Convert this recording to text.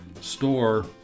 store